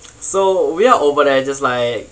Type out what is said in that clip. so we're over there just like